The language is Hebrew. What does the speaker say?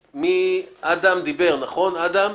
שלום.